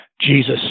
Jesus